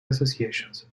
associations